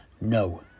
no